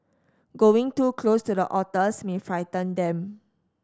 going too close to the otters may frighten them